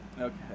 Okay